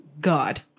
God